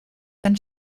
dann